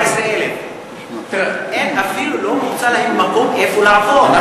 14,000. אין, אפילו לא מוקצה להם מקום איפה לעבור.